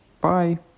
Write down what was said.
Bye